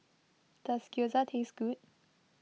does Gyoza taste good